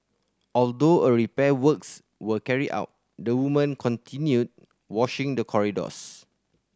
although repair works were carried out the woman continued washing the corridors